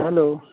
hello